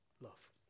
love